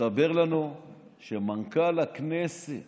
מסתבר לנו שמנכ"ל הכנסת